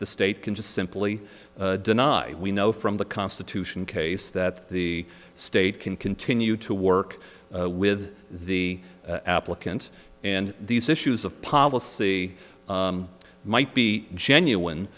the state can just simply deny we know from the constitution case that the state can continue to work with the applicant and these issues of policy might be genuine